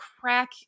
crack